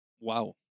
Wow